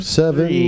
seven